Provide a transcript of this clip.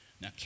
Now